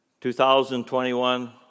2021